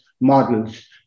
models